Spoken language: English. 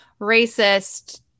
racist